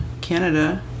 Canada